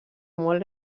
molt